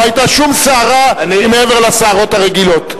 לא היתה שום סערה שהיא מעבר לסערות הרגילות.